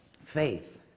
faith